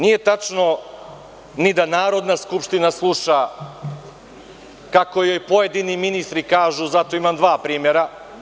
Nije tačno ni da Narodna skupština sluša kako joj pojedini ministri kažu, za to imam dva primera.